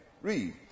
Read